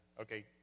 Okay